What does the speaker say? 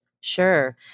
Sure